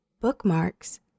bookmarks